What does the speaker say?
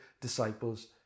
disciples